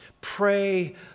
Pray